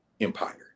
empire